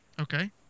Okay